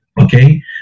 Okay